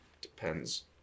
Depends